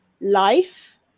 life